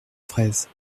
fraises